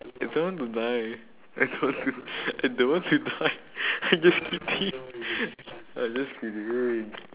I don't want to die I don't want to I don't want to die I just kidding I just kidding